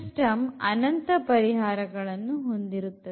system ಅನಂತ ಪರಿಹಾರಗಳನ್ನು ಹೊಂದಿರುತ್ತದೆ